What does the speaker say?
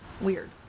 weird